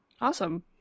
Awesome